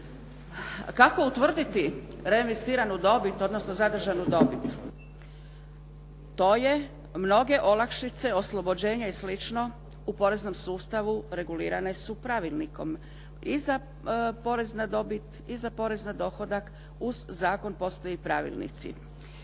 Kako utvrditi reinvestiranu dobit, odnosno zadržanu dobit. To je mnoge olakšice, oslobođenja i slično u poreznom sustavu regulirane su Pravilnikom i za porez na dobit i za porez na dohodak. Uz zakon postoje i pravilnici.